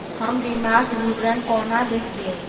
हम बीमाक विवरण कोना देखबै?